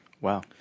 Wow